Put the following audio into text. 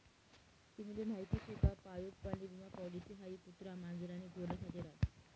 तुम्हले माहीत शे का पाळीव प्राणी विमा पॉलिसी हाई कुत्रा, मांजर आणि घोडा साठे रास